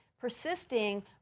persisting